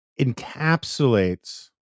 encapsulates